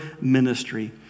ministry